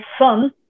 son